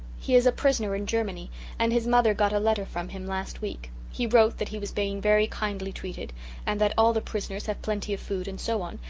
he is a prisoner in germany and his mother got a letter from him last week. he wrote that he was being very kindly treated and that all the prisoners had plenty of food and so on,